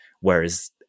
whereas